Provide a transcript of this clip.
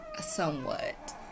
somewhat